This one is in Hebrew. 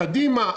קדימה,